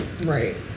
right